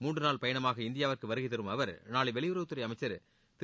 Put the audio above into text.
மூன்று நாள் பயணமாக இந்தியாவிற்கு வருகைதரும் அவர் நாளை வெளியுறவுத்துறை அமைச்சர் திரு